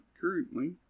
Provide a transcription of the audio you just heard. currently